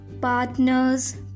partners